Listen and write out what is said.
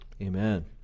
Amen